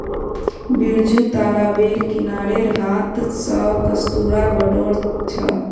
बिरजू तालाबेर किनारेर हांथ स कस्तूरा बटोर छ